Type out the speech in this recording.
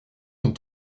son